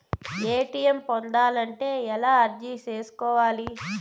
ATM పొందాలంటే ఎలా అర్జీ సేసుకోవాలి?